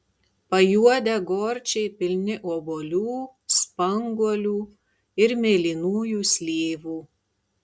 pajuodę gorčiai pilni obuolių spanguolių ir mėlynųjų slyvų